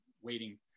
waiting